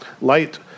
Light